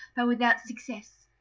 but without success.